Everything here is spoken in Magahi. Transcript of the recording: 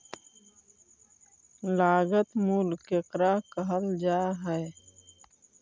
लागत मूल्य केकरा कहल जा हइ?